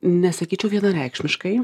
nesakyčiau vienareikšmiškai